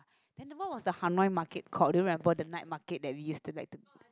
then what was the Hanoi market called do you remember the night market that we used to like